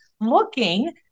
looking